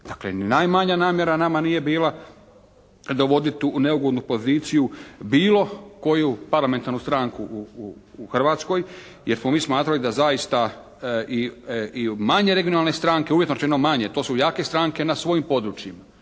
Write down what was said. Dakle ni najmanja namjera nama nije bila dovoditi u neugodnu poziciju bilo koju parlamentarnu stranku u Hrvatskoj, jer smo mi smatrali da zaista i manje regionalne stranke, uvjetno rečeno manje, to su jake stranke na svojim područjima.